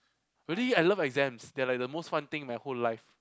really I love exams they are like the most fun thing in my whole life